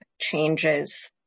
changes